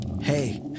Hey